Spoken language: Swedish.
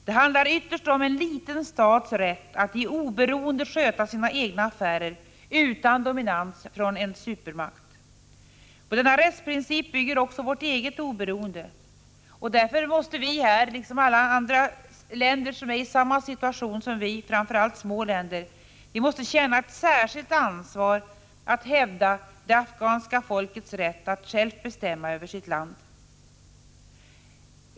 Det handlar ytterst om en liten stats rätt att i oberoende sköta sina egna affärer utan dominans från en supermakt. På denna rättsprincip bygger också vårt eget oberoende, och därför måste vi liksom alla andra länder som är i samma situation som vi — framför allt små länder — känna ett särskilt ansvar för att hävda det afghanska folkets rätt att självt bestämma över sitt land.